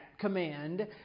command